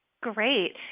Great